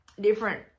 different